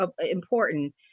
important